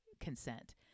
consent